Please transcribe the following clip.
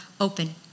open